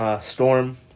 Storm